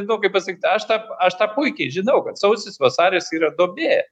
nu kaip pasakyt aš tą aš tą puikiai žinau kad sausis vasaris yra duobė